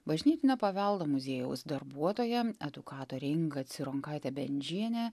bažnytinio paveldo muziejaus darbuotoja edukatorė inga cironkaitė bendžienė